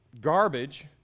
garbage